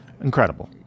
incredible